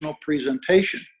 presentation